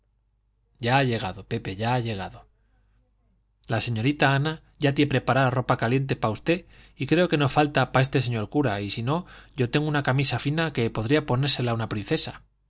ya ha llegado pepe ya ha llegado la señorita ana ya tié preparada ropa caliente pa usté y creo que no falta pa este señor cura y si no yo tengo una camisa fina que podría ponérsela una princesa